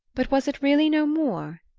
but was it really no more?